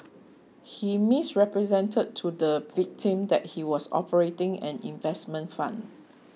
he misrepresented to the victim that he was operating an investment fund